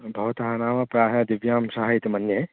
भवतः नाम प्रायः दिव्यांशः इति मन्ये